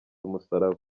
umusaraba